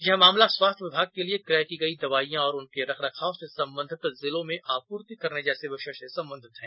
यह मामला स्वास्थ्य विभाग के लिए क्रय की गई दवाइयां और उनके रखरखाव से संबंधित जिलों में आपूर्ति करने जैसे विषय से संबंधित हैं